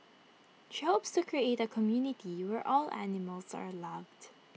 she hopes to create A community where all animals are loved